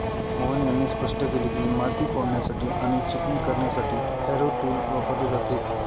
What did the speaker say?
मोहन यांनी स्पष्ट केले की, माती फोडण्यासाठी आणि चिकणी करण्यासाठी हॅरो टूल वापरले जाते